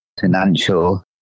financial